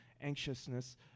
Anxiousness